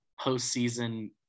postseason